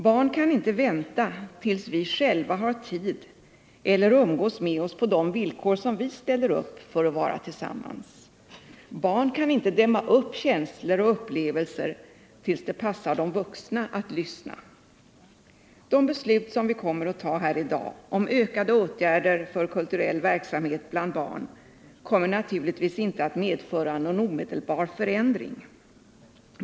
Barn kan inte vänta tills vi själva har tid eller umgås med oss på de villkor som vi ställer upp för att vara tillsammans. Barn kan inte dämma upp känslor och upplevelser tills det passar de vuxna att lyssna. De beslut som vi kommer att fatta här i dag om ökade åtgärder för kulturell verksamhet bland barn kommer naturligtvis inte att medföra någon omedelbar förändring.